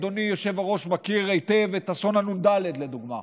אדוני היושב-ראש מכיר היטב את אסון הנ"ד לדוגמה,